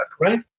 right